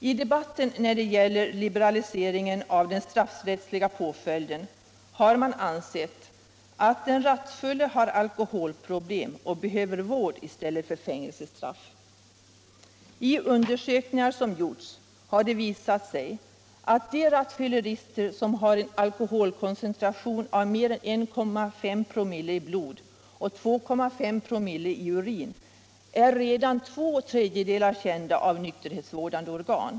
I debatten har man när det gäller liberaliseringen av den straffrättsliga påföljden ansett att den rattfulle har alkoholproblem och behöver vård i stället för fängelsestraff. I undersökningar som gjorts har det visat sig att av de rattfyllerister som har en alkoholkoncentration av mer än 1,5 promille i blod och 2,5 promille i urin redan två tredjedelar är kända av nykterhetsvårdande organ.